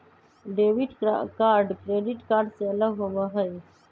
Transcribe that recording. debit card credit card से अलग होबा हई